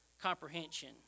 comprehension